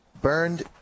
burned